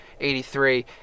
83